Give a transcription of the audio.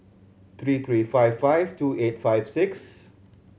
three three five five two eight five six